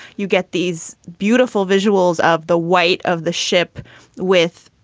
you get these beautiful visuals of the white of the ship with,